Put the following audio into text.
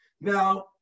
Now